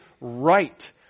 right